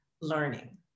learning